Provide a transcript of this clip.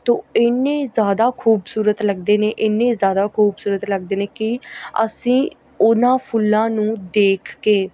ਤੋ ਇੰਨੇ ਜ਼ਿਆਦਾ ਖੂਬਸੂਰਤ ਲੱਗਦੇ ਨੇ ਇੰਨੇ ਜ਼ਿਆਦਾ ਖੂਬਸੂਰਤ ਲੱਗਦੇ ਨੇ ਕਿ ਅਸੀਂ ਉਹਨਾਂ ਫੁੱਲਾਂ ਨੂੰ ਦੇਖ ਕੇ